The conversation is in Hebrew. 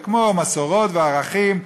כמו מסורות וערכים,